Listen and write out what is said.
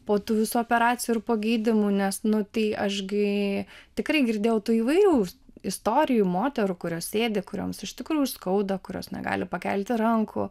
po tų visų operacijų ir po gydymų nes nu tai aš gi tikrai girdėjau tu įvairių istorijų moterų kurios sėdi kurioms iš tikrųjų skauda kurios negali pakelti rankų